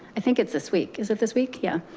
i think it's this week. is it this week? yeah.